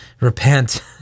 repent